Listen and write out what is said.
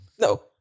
No